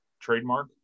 Trademark